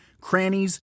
crannies